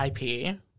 IP –